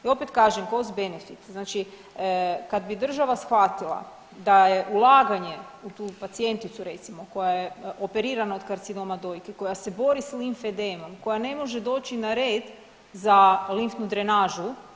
I opet kažem, costbenefit znači kad bi država shvatila da je ulaganje u tu pacijenticu recimo koja je operirana od karcinoma dojke, koja se bori sa limfedemom, koja ne može doći na red za limfnu drenažu.